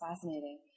fascinating